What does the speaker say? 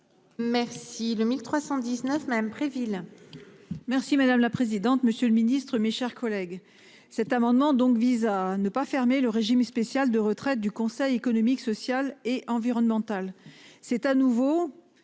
Merci le 1319 madame Préville.